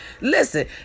Listen